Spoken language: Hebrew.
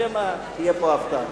שמא תהיה פה הפתעה.